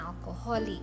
alcoholic